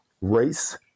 race